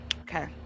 Okay